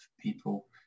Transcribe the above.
people